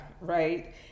right